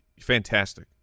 fantastic